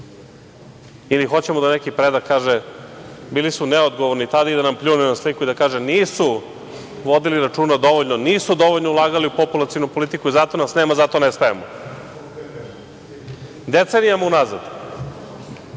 ili hoćemo da neki predak kaže bili su neodgovorni tada i da nam pljunu na sliku i da kažu – nisu vodili računa dovoljno. Nisu dovoljno ulagali u populacionu politiku i zato nas nema i zato nestajemo. Decenijama unazad,